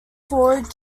forward